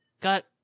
got